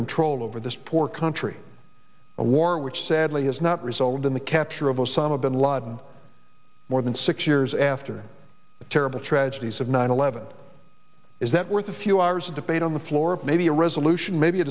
control over this poor country a war which sadly has not resulted in the capture of osama bin laden more than six years after the terrible tragedies of nine eleven is that worth a few hours of debate on the floor of maybe a resolution maybe a